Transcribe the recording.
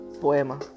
poema